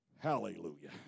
Hallelujah